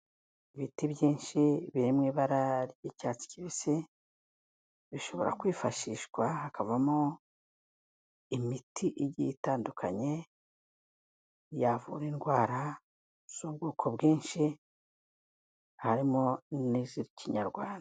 Ibiti byinshi biri mu ibara ry'icyatsi kibisi, bishobora kwifashishwa hakavamo imiti igiye itandukanye yavura indwara z'ubwoko bwinshi harimo n'iz'ikinyarwanda.